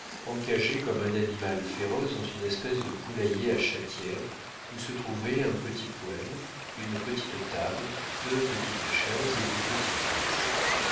encagé comme un animal féroce dans une espèce de poulailler à chatière où se trouvaient un petit poêle une petite table deux petites chaises et de petites bûches